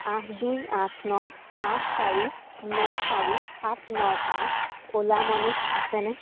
আঠ দুই আঠ ন পাঁচ চাৰি ন চাৰি সাত ন পাঁচ অ'লা মানিত আছেনে